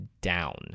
down